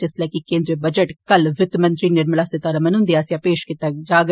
जिसले कि केनद्रीय बजट कल वित्त मंत्री निर्मला सीतारमन हन्दे आस्सेया पेश कीता जाग